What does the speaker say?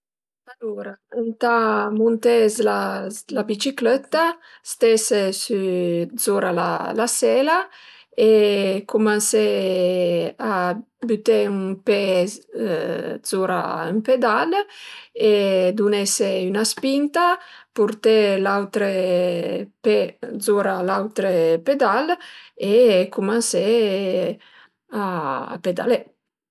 Alura ëntà munté s'la biciclëtta, stese sü zura la sela e cumansé a büté ün pe zura ün pedal e dunese üna spinta, purté l'autre pe zura l'autre pedal e cumansé a pedalé